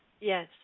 Yes